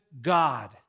God